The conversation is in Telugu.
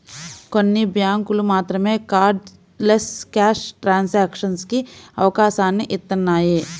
కొన్ని బ్యేంకులు మాత్రమే కార్డ్లెస్ క్యాష్ ట్రాన్సాక్షన్స్ కి అవకాశాన్ని ఇత్తన్నాయి